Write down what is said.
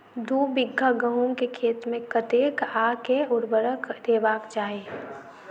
दु बीघा गहूम केँ खेत मे कतेक आ केँ उर्वरक देबाक चाहि?